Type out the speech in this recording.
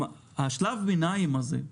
שלב הביניים הזה,